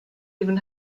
even